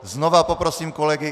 Znova poprosím kolegy.